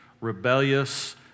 rebellious